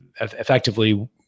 effectively